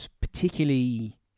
particularly